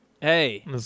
hey